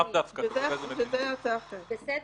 בסדר?